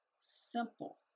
Simple